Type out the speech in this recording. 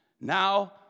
Now